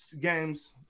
games